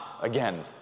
again